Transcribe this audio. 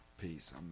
peace